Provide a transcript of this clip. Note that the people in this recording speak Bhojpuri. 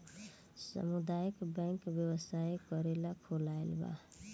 सामुदायक बैंक व्यवसाय करेला खोलाल बा